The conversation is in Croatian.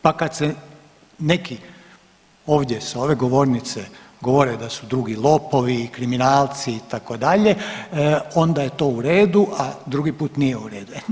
Pa kad se neki ovdje sa ove govornice govore da su drugi lopovi, kriminalci itd. onda je to u redu, a drugi put nije u redu.